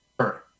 Sure